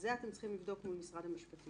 אתם צריכים לבדוק את הדבר הזה מול משרד המשפטים